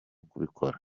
kubikora